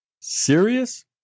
serious